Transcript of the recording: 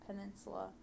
peninsula